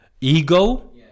ego